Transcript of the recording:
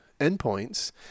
endpoints